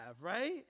right